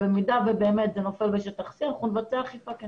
במידה ובאמת זה נופל בשטח C, אנחנו נבצע אכיפה.